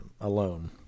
alone